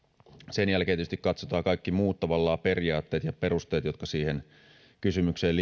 sen jälkeen tietysti katsotaan kaikki muut periaatteet ja perusteet jotka siihen kysymykseen